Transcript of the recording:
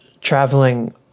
traveling